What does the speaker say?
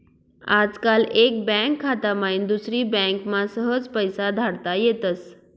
आजकाल एक बँक खाता माईन दुसरी बँकमा सहज पैसा धाडता येतस